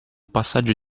passaggio